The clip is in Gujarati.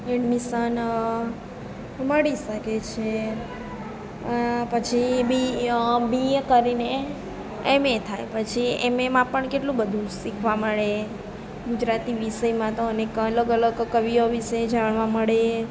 એડમીશન મળી શકે છે પછી બી બીએ કરીને એમએ થાય પછી એમએમાં પણ કેટલું બધું શીખવા મળે ગુજરાતી વિષયમાં તો અલગ અલગ કવિઓ વિશે જાણવા મળે